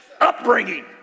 upbringing